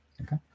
okay